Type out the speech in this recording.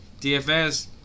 DFS